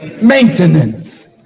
maintenance